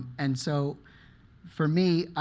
and so for me,